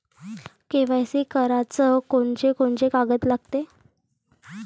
KYC कराच कोनचे कोनचे कागद लागते?